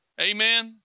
Amen